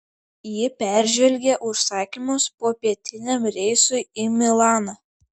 ji peržvelgė užsakymus popietiniam reisui į milaną